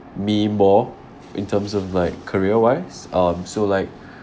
me more in terms of like career wise um so like